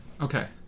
Okay